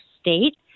state